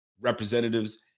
representatives